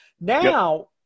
now